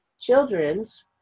Children's